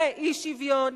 זה האי-שוויון.